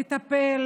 לטפל,